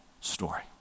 story